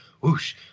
whoosh